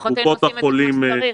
לפחות היינו עושים את זה כמו שצריך.